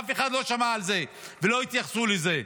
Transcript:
אף אחד לא שמע על זה ולא התייחסו לזה.